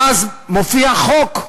ואז מופיע חוק,